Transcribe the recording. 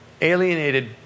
Alienated